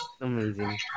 Amazing